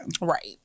right